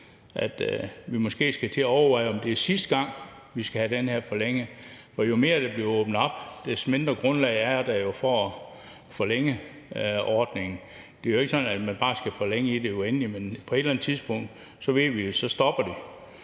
vi måske skal til at overveje, om det er sidste gang, vi skal have den her forlængelse, for jo mere der åbner op, jo mindre grund er der til at forlænge ordningen. Det er jo ikke sådan, at man bare skal forlænge den i det uendelige. På et eller andet tidspunkt ved vi at det stopper.